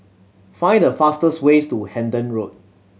find the fastest way to Hendon Road